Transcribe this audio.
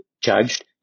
judged